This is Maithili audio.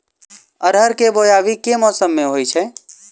अरहर केँ बोवायी केँ मौसम मे होइ छैय?